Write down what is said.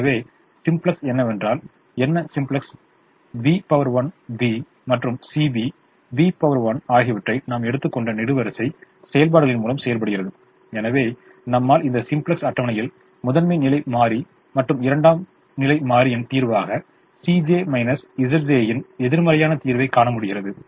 எனவே சிம்ப்ளக்ஸ் என்னவென்றால் என்ன சிம்ப்ளக்ஸ் B 1 B மற்றும் CB B 1 ஆகியவற்றை நாம் எடுத்துக்கொண்ட நெடுவரிசை செயல்பாடுகளின் மூலம் செயல்படுகிறது எனவே நம்மால் இந்த சிம்ப்ளக்ஸ் அட்டவணையில் முதன்மை நிலை மாறி மற்றும் இரட்டை நிலை மாறியின் தீர்வாக Cj Zj இன் எதிர்மறையான தீர்வைக் காண முடிகிறது